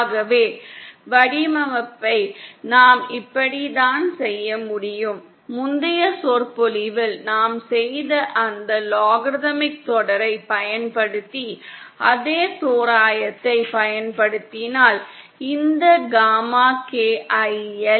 ஆகவே வடிவமைப்பை நாம் இப்படித்தான் செய்ய முடியும் முந்தைய சொற்பொழிவில் நாம் செய்த அந்த லாகர்தமிக் தொடரைப் பயன்படுத்தி அதே தோராயத்தைப் பயன்படுத்தினால் இந்த காமா K ஐ எல்